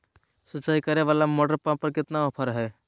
सिंचाई करे वाला मोटर पंप पर कितना ऑफर हाय?